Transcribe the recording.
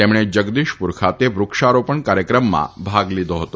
તેમણે જગદીશપુર ખાતે વૃક્ષારોપણ કાર્યક્રમમાં ભાગ લીધો હતો